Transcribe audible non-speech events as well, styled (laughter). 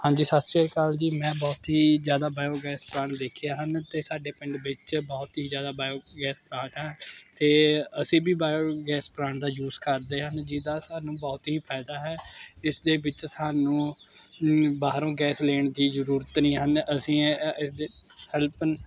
ਹਾਂਜੀ ਸਤਿ ਸ਼੍ਰੀ ਅਕਾਲ ਜੀ ਮੈਂ ਬਹੁਤ ਹੀ ਜ਼ਿਆਦਾ ਬਾਇਓਗੈਸ ਪਲਾਂਟ ਦੇਖੇ ਹਨ ਅਤੇ ਸਾਡੇ ਪਿੰਡ ਵਿੱਚ ਬਹੁਤ ਹੀ ਜ਼ਿਆਦਾ ਬਾਇਓਗੈਸ ਪਲਾਂਟ ਹੈ ਅਤੇ ਅਸੀਂ ਵੀ ਬਾਇਓਗੈਸ ਪਲਾਂਟ ਦਾ ਯੂਸ ਕਰਦੇ ਹਨ ਜਿਹਦਾ ਸਾਨੂੰ ਬਹੁਤ ਹੀ ਫਾਇਦਾ ਹੈ ਇਸ ਦੇ ਵਿੱਚ ਸਾਨੂੰ ਬਾਹਰੋਂ ਗੈਸ ਲੈਣ ਦੀ ਜ਼ਰੂਰਤ ਨਹੀਂ ਹਨ ਅਸੀ (unintelligible) ਇਸਦੀ ਹੈਲਪ